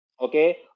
Okay